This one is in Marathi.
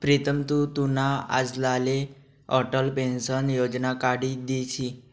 प्रीतम तु तुना आज्लाले अटल पेंशन योजना काढी दिशी